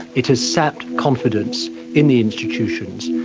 it has sapped confidence in the institutions,